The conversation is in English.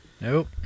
Nope